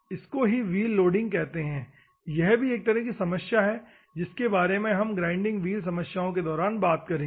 इसको ही wheel loading कहते हैं यह भी एक तरह की समस्या है जिसके बारे में हम ग्राइंडिंग व्हील समस्याओं के दौरान बात करेंगे